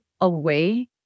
away